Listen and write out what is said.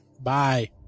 Bye